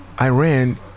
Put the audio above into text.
Iran